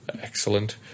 Excellent